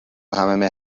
همه